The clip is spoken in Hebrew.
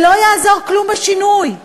לא יעזור כלום בשינוי.